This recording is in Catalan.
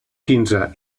quinze